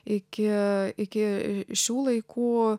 iki iki šių laikų